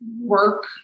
work